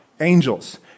angels